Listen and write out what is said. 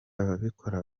ababikora